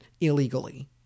illegally